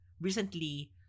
recently